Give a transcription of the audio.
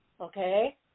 okay